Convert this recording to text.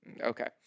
Okay